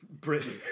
Britain